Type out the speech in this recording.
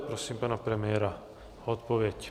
Prosím pana premiéra o odpověď.